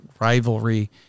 rivalry